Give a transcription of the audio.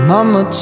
Mama